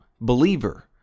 believer